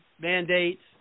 mandates